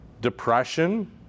depression